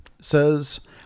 says